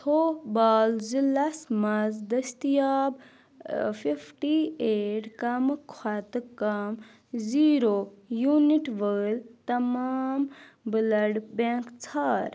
تھوبال ضلعس مَنٛز دٔستیاب فیٚفٹی ایٹ کم کھۄتہٕ کم زیرو یونٹ وٲلۍ تمام بٕلڈ بینٛک ژھار